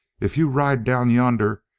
if you ride down yonder,